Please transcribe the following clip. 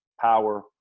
power